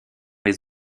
les